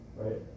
Right